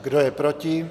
Kdo je proti?